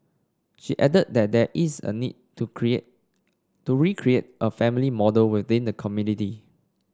she added that there is a need to create to recreate a family model within the community